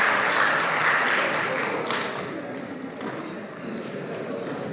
Hvala